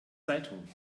zeitung